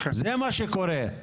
זה מה שקורה.